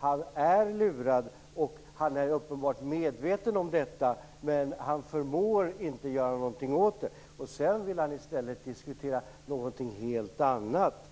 Han är lurad, och han är uppenbart medveten om detta, men han förmår inte göra någonting åt det, och sedan vill han i stället diskutera någonting helt annat,